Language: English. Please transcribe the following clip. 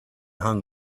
hung